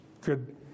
good